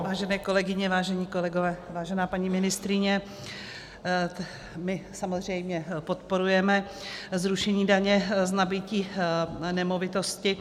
Vážené kolegyně, vážení kolegové, vážená paní ministryně, my samozřejmě podporujeme zrušení daně z nabytí nemovitosti.